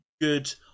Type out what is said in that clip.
good